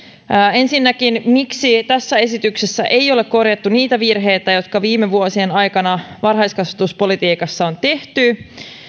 ensinnäkin siihen miksi tässä esityksessä ei ole korjattu niitä virheitä jotka viime vuosien aikana varhaiskasvatuspolitiikassa on tehty